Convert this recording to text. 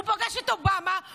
הוא פגש את אובמה,